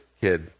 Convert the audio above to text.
kid